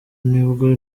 nibwo